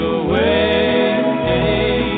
away